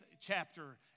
chapter